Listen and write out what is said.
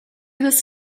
this